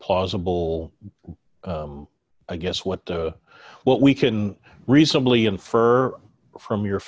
plausible i guess what what we can reasonably infer from your